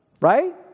right